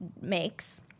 makes